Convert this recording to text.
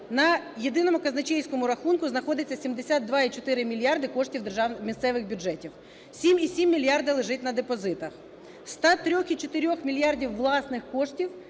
на єдиному казначейському рахунку знаходиться 72,4 мільярда коштів місцевих бюджетів, 7,7 мільярда лежить на депозитах. З 103,4 мільярда власних коштів,